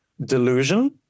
delusion